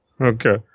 Okay